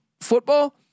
football